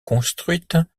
construite